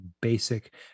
basic